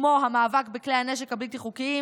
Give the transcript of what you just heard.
כמו המאבק בכלי הנשק הבלתי-חוקיים,